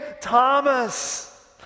Thomas